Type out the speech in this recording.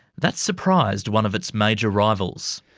that surprised one of its major rivals.